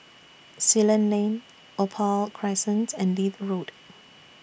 Ceylon Lane Opal Crescent and Leith Road